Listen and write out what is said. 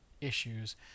issues